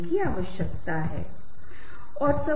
तो कोई गाना गा रहा है और कोई टेबल बजा रहा है